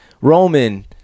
Roman